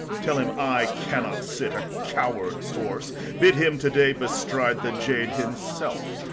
tell him i cannot sit a coward's horse bid him to day bestride the jade himself,